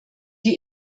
die